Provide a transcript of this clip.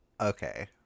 Okay